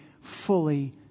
fully